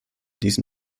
diesen